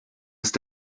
ist